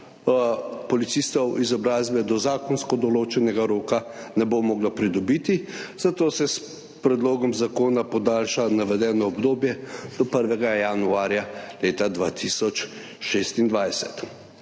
policistov izobrazbe do zakonsko določenega roka ne bo mogla pridobiti, zato se s predlogom zakona podaljša navedeno obdobje do 1. januarja 2026.